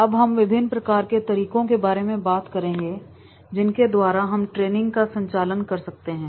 अब हम विभिन्न प्रकार के तरीकों के बारे में बात करेंगे जिनके द्वारा हम ट्रेनिंग का संचालन कर सकते हैं